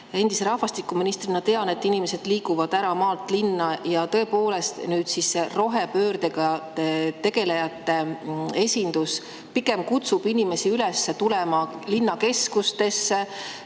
Endise rahvastikuministrina tean, et inimesed liiguvad ära maalt linna ja tõepoolest, see rohepöördega tegelejate esindus pigem kutsub inimesi üles tulema linnakeskustesse,